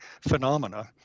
phenomena